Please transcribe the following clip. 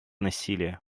насилия